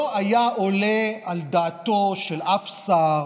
לא היה עולה על דעתו של אף שר